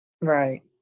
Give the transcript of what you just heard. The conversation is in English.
Right